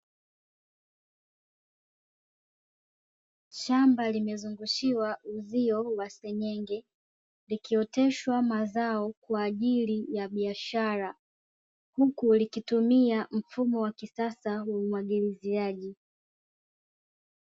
Shamba limezungushiwa uzio wa seng’enge likioteshwa mazao kwa ajili ya biashara, huku likitumia mfumo wa kisasa wa umwagiliaji.